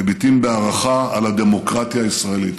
מביטים בהערכה על הדמוקרטיה הישראלית,